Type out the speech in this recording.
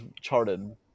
charted